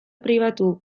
pribatu